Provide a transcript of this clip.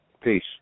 Peace